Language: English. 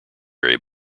very